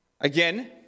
Again